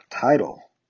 title